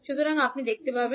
সুতরাং আপনি কি লিখতে পারেন